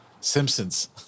Simpsons